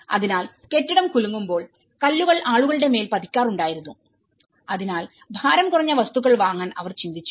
അതിനാൽ കെട്ടിടം കുലുങ്ങുമ്പോൾ കല്ലുകൾ ആളുകളുടെ മേൽ പതിക്കാറുണ്ടായിരുന്നു അതിനാൽ ഭാരം കുറഞ്ഞ വസ്തുക്കൾ വാങ്ങാൻ അവർ ചിന്തിച്ചു